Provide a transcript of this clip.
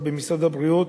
במיוחד למשרד הבריאות,